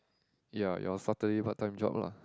ya your Saturday part time job lah